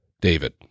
David